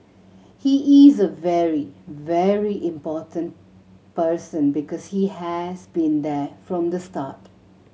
he is a very very important person because he has been there from the start